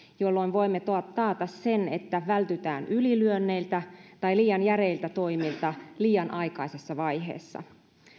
jolloin voimme taata sen että vältytään ylilyönneiltä tai liian järeiltä toimilta liian aikaisessa vaiheessa